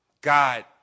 God